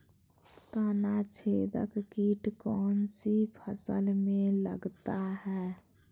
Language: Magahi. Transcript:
तनाछेदक किट कौन सी फसल में लगता है?